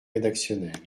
rédactionnels